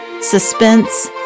suspense